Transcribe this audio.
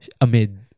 Amid